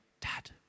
Dad